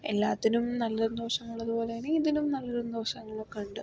എല്ലാത്തിനും നല്ലതും ദോഷങ്ങളുള്ളതു പോലെതന്നെ ഇതിനും നല്ലതും ദോഷങ്ങളൊക്കെ ഉണ്ട്